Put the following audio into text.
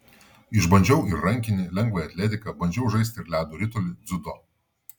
išbandžiau ir rankinį lengvąją atletiką bandžiau žaisti ir ledo ritulį dziudo